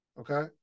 okay